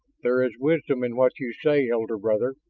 there is wisdom in what you say, elder brother.